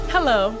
Hello